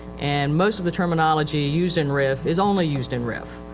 and most of the terminology used in rif is only used in rif.